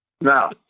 No